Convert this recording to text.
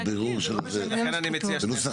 הם יודעים ומכירים איזו וועדה מקומית